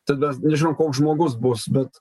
tai mes nežinom koks žmogus bus bet